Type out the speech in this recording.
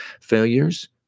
Failures